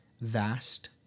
vast